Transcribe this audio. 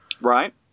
Right